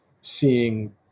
seeing